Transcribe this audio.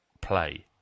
play